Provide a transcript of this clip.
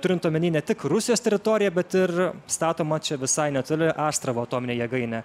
turint omeny ne tik rusijos teritoriją bet ir statomą čia visai netoli astravo atominę jėgainę